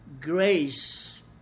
grace